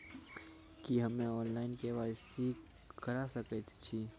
की हम्मे online, KYC करा सकैत छी?